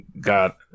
got